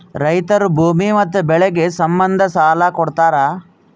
ರೈತರು ಭೂಮಿ ಮತ್ತೆ ಬೆಳೆಗೆ ಸಂಬಂಧ ಸಾಲ ಕೊಡ್ತಾರ